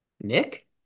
Nick